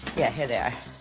yeah, here they